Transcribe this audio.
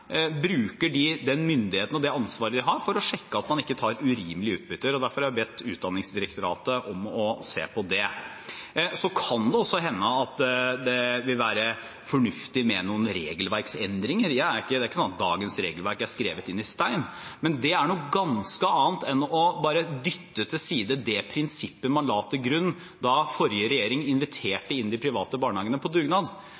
har for å sjekke at man ikke tar urimelige utbytter. Det er derfor jeg har bedt Utdanningsdirektoratet om å se på det. Det kan også hende at det vil være fornuftig med noen regelverksendringer. Det er ikke sånn at dagens regelverk er hugget i stein. Men det er noe ganske annet enn bare å dytte til side det prinsippet man la til grunn da forrige regjering